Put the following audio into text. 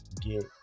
get